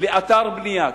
לאתר בנייה,